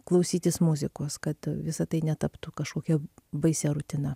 klausytis muzikos kad visa tai netaptų kažkokia baisia rutina